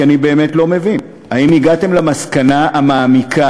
כי אני באמת לא מבין: האם הגעתם למסקנה המעמיקה